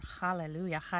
Hallelujah